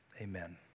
Amen